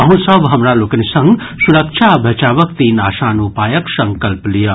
अहूँ सभ हमरा लोकनि संग सुरक्षा आ बचावक तीन आसान उपायक संकल्प लियऽ